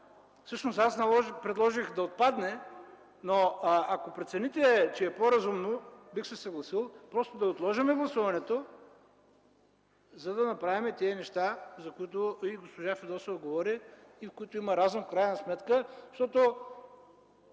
Всъщност аз предложих да отпадне, но ако прецените, че е по-разумно, бих се съгласил просто да отложим гласуването, за да направим тези неща, за които и госпожа Фидосова говори и в които има разум в крайна сметка, защото